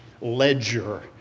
ledger